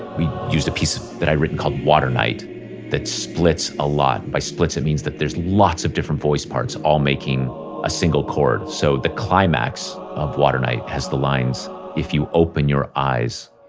we used a piece that i had written called water night that splits a lot. by splits it means that there's lots of different voice parts all making a single chord. so the climax of water night has the lines if you open your eyes,